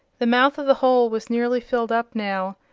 the mouth of the hole was nearly filled up now,